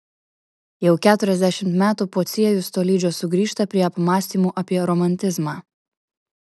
jau keturiasdešimt metų pociejus tolydžio sugrįžta prie apmąstymų apie romantizmą